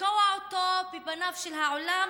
לתקוע אותו בפניו של העולם,